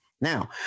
Now